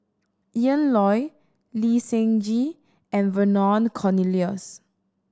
Ian Loy Lee Seng Gee and Vernon Cornelius